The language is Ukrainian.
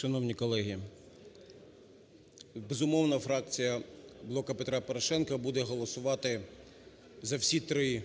Шановні колеги, безумовно, фракція "Блока Петра Порошенка" буде голосувати за всі три